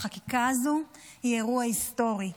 החקיקה הזו היא אירוע היסטורי.